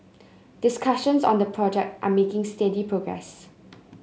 discussions on the project are making steady progress